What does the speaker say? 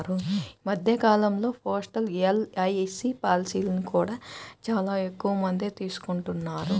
ఈ మధ్య కాలంలో పోస్టల్ ఎల్.ఐ.సీ పాలసీలను కూడా చాలా ఎక్కువమందే తీసుకుంటున్నారు